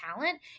talent